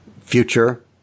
future